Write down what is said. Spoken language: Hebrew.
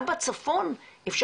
אנחנו